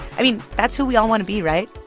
i mean, that's who we all want to be, right?